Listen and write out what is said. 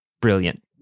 brilliant